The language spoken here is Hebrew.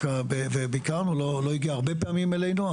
לא הגיע הרבה פעמים אלינו,